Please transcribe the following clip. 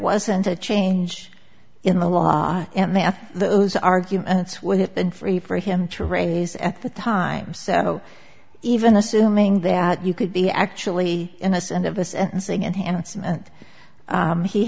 wasn't a change in the law and there are those arguments would have been free for him to raise at the time so even assuming that you could be actually innocent of this and saying and handsome and